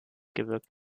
gewirkt